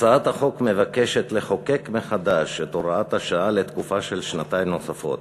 הצעת החוק מבקשת לחוקק מחדש את הוראת השעה לתקופה של שנתיים נוספות.